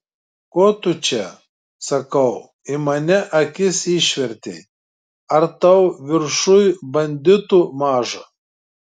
ko tu čia sakau į mane akis išvertei ar tau viršuj banditų maža